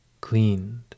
cleaned